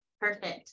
Perfect